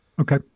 okay